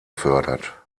fördert